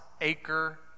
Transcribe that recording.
Acre